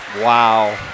Wow